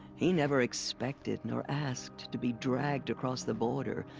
he never expected, nor asked to be dragged across the border.